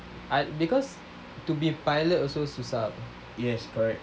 I because to be pilot also susah